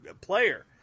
player